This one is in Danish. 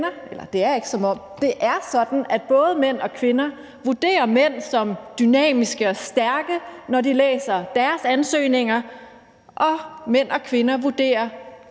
og et kvindenavn. Der er det sådan, at både mænd og kvinder vurderer mænd som dynamiske og stærke, når de læser en mands ansøgning, og mænd og kvinder vurderer